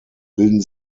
bilden